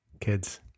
kids